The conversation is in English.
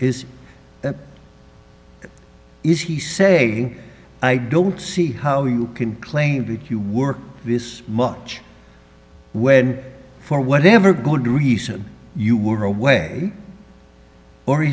is that is he say i don't see how you can claim that you work this much when for whatever good reason you were away or